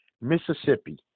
Mississippi